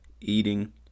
eating